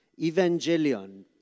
Evangelion